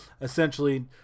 essentially